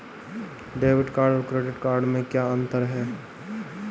Debit card और credit card में क्या अंतर है?